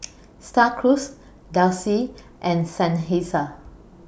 STAR Cruise Delsey and Seinheiser